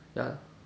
ya